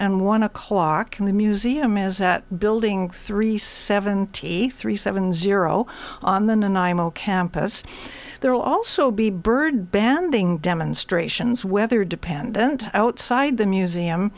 and one o'clock in the museum is that building three seventy three seven zero on the and imo campus there will also be bird banding demonstrations weather dependent outside the museum